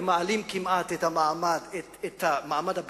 מעלים כמעט את מעמד הביניים,